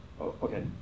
okay